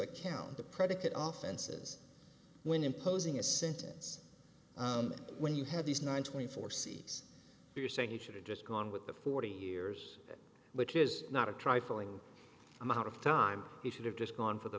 account the predicate often says when imposing a sentence when you have these nine twenty four seats you're saying you should have just gone with the forty years which is not a trifling amount of time he should have just gone for the